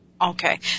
Okay